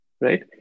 Right